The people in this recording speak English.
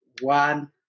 One